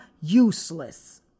useless